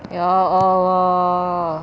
ya allah